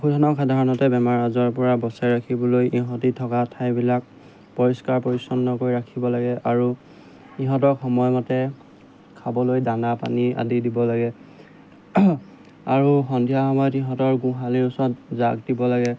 পশুধনৰ সাধাৰণতে বেমাৰ আজাৰ পৰা বচাই ৰাখিবলৈ ইহঁতি থকা ঠাইবিলাক পৰিষ্কাৰ পৰিচ্ছন্ন কৰি ৰাখিব লাগে আৰু ইহঁতক সময়মতে খাবলৈ দানা পানী আদি দিব লাগে আৰু সন্ধিয়া সময়ত ইহঁতৰ গোঁহালিৰ ওচৰত জাক দিব লাগে